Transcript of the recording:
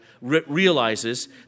realizes